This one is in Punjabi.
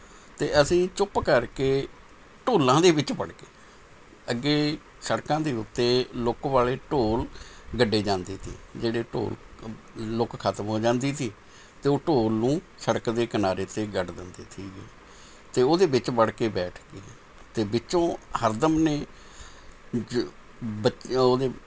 ਅਤੇ ਅਸੀਂ ਚੁੱਪ ਕਰਕੇ ਢੋਲਾਂ ਦੇ ਵਿੱਚ ਵੜ ਗਏ ਅੱਗੇ ਸੜਕਾਂ ਦੇ ਉੱਤੇ ਲੁੱਕ ਵਾਲੇ ਢੋਲ ਗੱਡੇ ਜਾਂਦੇ ਤੀ ਜਿਹੜੇ ਢੋਲ ਲੁੱਕ ਖਤਮ ਹੋ ਜਾਂਦੀ ਤੀ ਅਤੇ ਉਹ ਢੋਲ ਨੂੰ ਸੜਕ ਦੇ ਕਿਨਾਰੇ 'ਤੇ ਗੱਡ ਦਿੰਦੇ ਸੀ ਅਤੇ ਉਹਦੇ ਵਿੱਚ ਵੜ ਕੇ ਬੈਠ ਗਏ ਅਤੇ ਵਿੱਚੋਂ ਹਰਦਮ ਨੇ ਉਹਦੇ